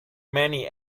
many